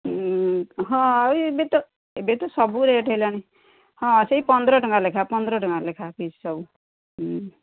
ହଁ ଆଉ ଏବେ ତ ଏବେ ତ ସବୁ ରେଟ୍ ହେଲାଣି ହଁ ସେଇ ପନ୍ଦର ଟଙ୍କା ଲେଖା ପନ୍ଦର ଟଙ୍କା ଲେଖା ପିସ୍ ସବୁ ହଁ